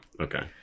Okay